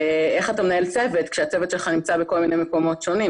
איך אתה מנהל צוות כשהצוות שלך נמצא בכל מיני מקומות שונים,